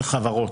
זה חברות.